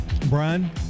brian